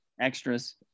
Extras